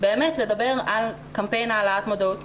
לדבר על קמפיין העלאת מודעות,